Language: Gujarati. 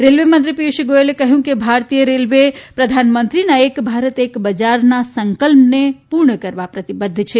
રેલ્વે મંત્રી પિયુષ ગોયલે કહ્યું કે ભારતીય રેલ્વે પ્રધાનમંત્રીના એક ભારત એક બજારના સંકલ્પને પૂર્ણ કરવા પ્રતિબધ્ધ છે